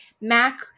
Mac